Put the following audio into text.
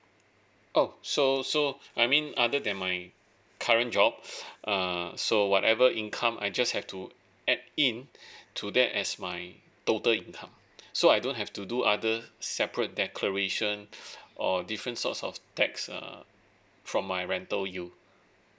oh so so I mean other than my current job uh so whatever income I just have to add in to that as my total income so I don't have to do other separate declaration or different source of tax err from my rental yield